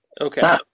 Okay